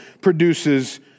produces